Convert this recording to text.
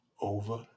over